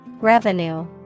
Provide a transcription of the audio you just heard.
Revenue